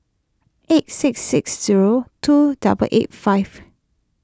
eight six six zero two double eight five